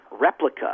replica